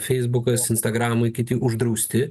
feisbukas instagram kiti uždrausti